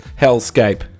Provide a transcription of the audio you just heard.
hellscape